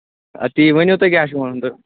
اَدٕ تی ؤنِو تۄہہِ کیٛاہ چھُو وَنُن تہٕ